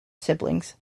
siblings